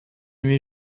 mes